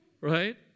right